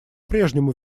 прежнему